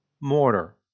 mortar